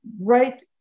Right